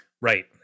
Right